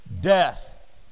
death